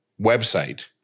website